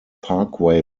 parkway